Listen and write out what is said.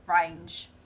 range